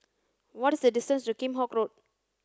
what is the distance to Kheam Hock Road